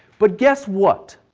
but guess what?